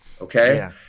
okay